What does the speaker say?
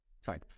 sorry